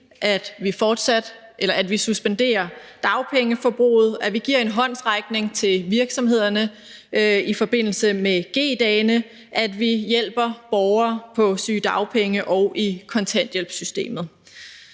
at vi suspenderer dagpengeforbruget, at vi giver en håndsrækning til virksomhederne i forbindelse med G-dagene, og at vi hjælper borgere på sygedagpenge og i kontanthjælpssystemet.